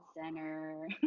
Center